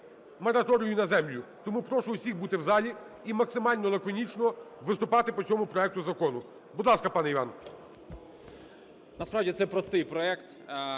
мораторію на землю. Тому прошу усіх бути в залі і максимально лаконічно виступати по цьому проекту закону. Будь ласка, пане Іван. 11:50:04 ВІННИК І.Ю. Насправді це простий проект.